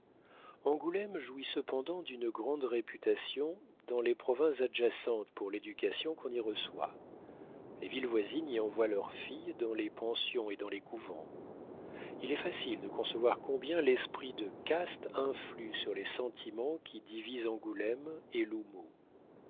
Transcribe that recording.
angoulême jouit cependant d'une grande réputation dans les provinces adjacentes pour l'éducation qu'on y reçoit les villes voisines y envoient leurs filles dans les pensions et dans les couvents il est facile de concevoir combien l'esprit de caste influe sur les sentiments qui divisent angoulême et